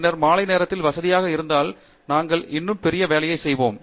பின்னர் மாலை நேரத்திலும் வசதியாக இருந்தால் நாங்கள் இன்னும் பெரிய வேலையைச் செய்வோம்